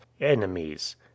enemies